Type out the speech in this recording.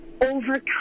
overcome